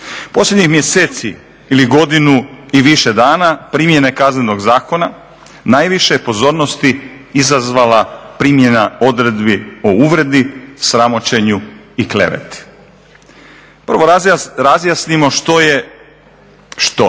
Posljednjih mjeseci ili godinu i više dana primjene Kaznenog zakona najviše je pozornosti izazvala primjena odredbi o uvredi, sramoćenju i kleveti. Prvo razjasnimo što je što,